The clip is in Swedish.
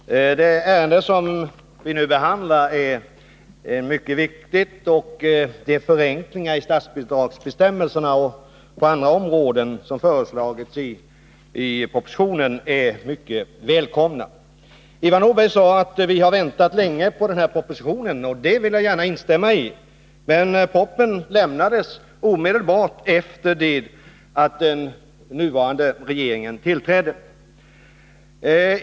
Herr talman! Det ärende som vi nu behandlar är mycket viktigt. De förenklingar i statsbidragsbestämmelserna inom barnomsorgen och på andra områden som föreslås i propositionen är mycket välkomna. Ivar Nordberg sade att vi har väntat länge på denna proposition, och det vill jag gärna instämma i. Men propositionen avgavs omedelbart efter det att den nuvarande regeringen tillträdde.